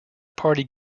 party